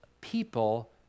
people